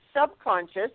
subconscious